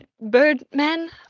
Birdman